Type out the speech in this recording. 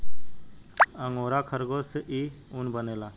angora खरगोश से इ ऊन बनेला